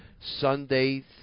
Sunday